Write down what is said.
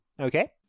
Okay